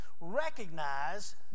recognize